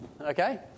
okay